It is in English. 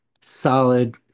solid